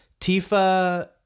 Tifa